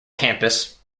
campus